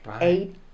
Eight